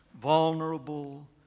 vulnerable